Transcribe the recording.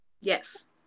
Yes